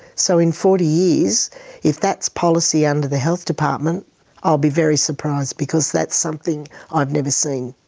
so in forty years if that's policy under the health department i'll be very surprised because that's something i've never seen.